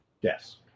Yes